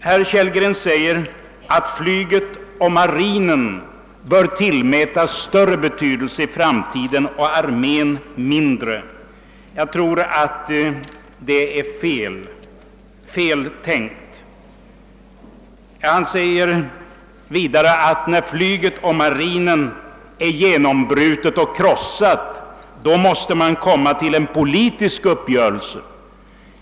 Herr Kellgren säger, att i framtiden flyget och marinen bör tillmätas större betydelse och armén mindre betydelse. Jag tror att det är fel tänkt. Herr Kellgren säger vidare, att när flyget och marinen är genombrutna och krossade, då måste man komma till en politisk uppgörelse.